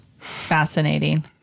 Fascinating